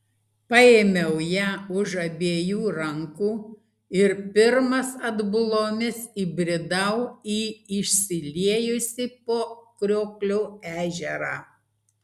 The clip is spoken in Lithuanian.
paėmiau ją už abiejų rankų ir pirmas atbulomis įbridau į išsiliejusį po kriokliu ežerą